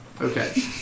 Okay